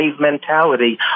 mentality